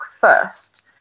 first